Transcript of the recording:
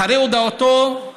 אחרי הודאתו,